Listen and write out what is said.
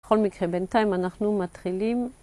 בכל מקרה, בינתיים אנחנו מתחילים.